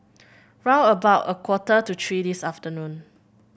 round about a quarter to three this afternoon